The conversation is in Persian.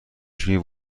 چشمگیر